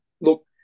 look